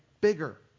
bigger